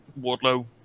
Wardlow